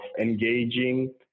engaging